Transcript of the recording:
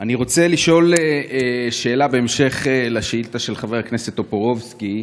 אני רוצה לשאול שאלה בהמשך לשאילתה של חבר הכנסת טופורובסקי.